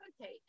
Okay